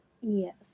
Yes